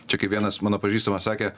čia kaip vienas mano pažįstamas sakė